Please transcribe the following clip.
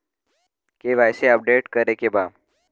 KYC update करे के बा?